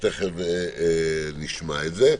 ותיכף נשמע את זה.